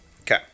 okay